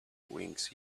wings